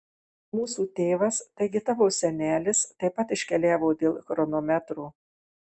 mūsų tėvas taigi tavo senelis taip pat iškeliavo dėl chronometro